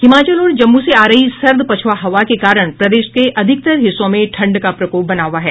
हिमाचल और जम्मू से आ रही सर्द पछ्आ हवा के कारण प्रदेश के अधिकतर हिस्सों में ठंड का प्रकोप बना हुआ है